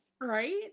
right